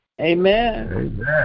amen